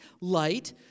light